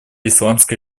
исламской